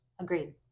Agreed